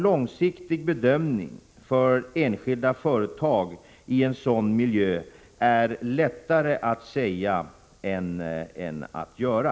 Långsiktiga bedömningar för enskilda företag i en sådan miljö är det lättare att tala om än att göra.